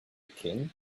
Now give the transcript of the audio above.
king